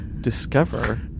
discover